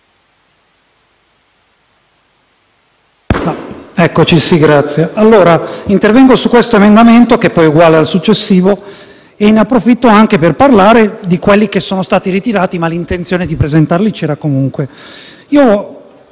Signor Presidente, intervengo su questo emendamento, che poi è uguale al successivo, e ne approfitto anche per parlare di quelli che sono stati ritirati (ma l'intenzione di presentarli c'era comunque).